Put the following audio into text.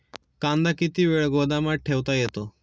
कांदा किती वेळ गोदामात ठेवता येतो?